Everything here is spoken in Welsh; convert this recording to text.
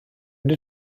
mynd